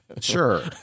Sure